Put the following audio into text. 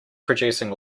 producing